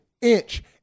inch